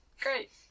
great